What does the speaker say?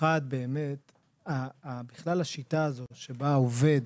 אחת, בכלל השיטה הזאת שבה עובד